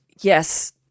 Yes